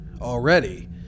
already